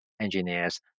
engineers